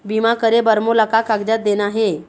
बीमा करे बर मोला का कागजात देना हे?